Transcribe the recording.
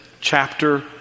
chapter